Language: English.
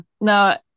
No